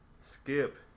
Skip